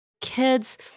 Kids